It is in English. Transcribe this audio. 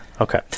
Okay